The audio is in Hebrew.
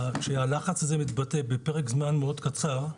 כשהלחץ הזה מתבטא בפרק זמן מאד קצר,